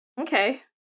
Okay